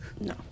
no